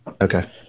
Okay